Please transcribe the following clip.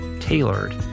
tailored